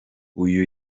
uyu